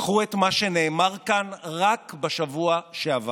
קחו את מה שנאמר כאן רק בשבוע שעבר.